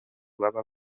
baba